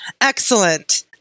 Excellent